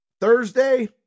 Thursday